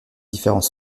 différents